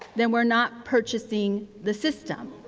then we are not purchasing the system,